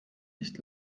nicht